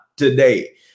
today